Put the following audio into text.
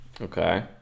Okay